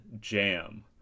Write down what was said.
jam